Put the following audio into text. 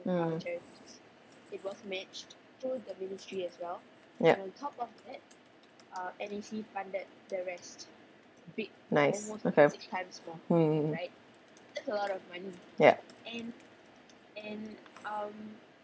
mm yup nice okay hmm yup